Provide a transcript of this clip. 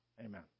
Amen